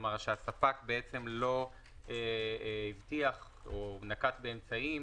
כלומר שהספק לא הבטיח או נקט באמצעים